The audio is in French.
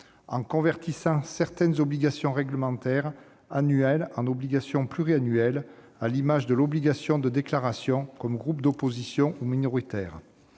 en convertissant certaines obligations réglementaires annuelles en obligations pluriannuelles, à l'image de l'obligation de déclaration comme groupe d'opposition ou minoritaire,